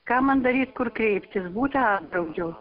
ką man daryt kur kreiptis butą apdraudžiau